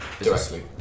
Directly